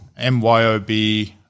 MYOB